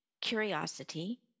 curiosity